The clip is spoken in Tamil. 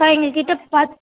அக்கா எங்கள் கிட்டே பத்